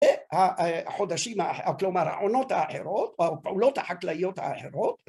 החודשים, כלומר העונות האחרות, הפעולות החקלאיות האחרות